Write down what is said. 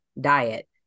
diet